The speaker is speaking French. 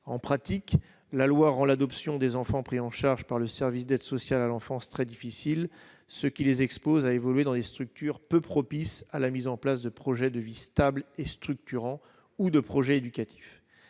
en pratique la loi rend l'adoption des enfants pris en charge par le service d'aide sociale à l'enfance très difficile, ce qui les expose à évoluer dans les structures peu propice à la mise en place de projets de vie stable et structurant ou de projets éducatifs